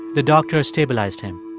the doctor stabilized him.